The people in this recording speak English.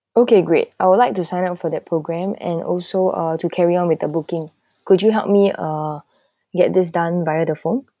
okay great I would like to sign up for that program and also uh to carry on with the booking could you help me uh get this done via the phone